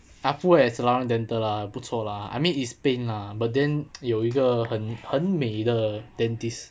I pull at serdang dental lah 不错 lah I mean it's pain lah but then 有一个很很美的 dentist